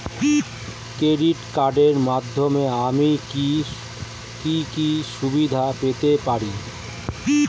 Credit কার্ডের মাধ্যমে আমি কি কি সুবিধা পেতে পারি?